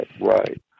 Right